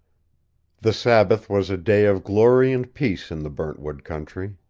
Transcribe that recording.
the sabbath was a day of glory and peace in the burntwood country.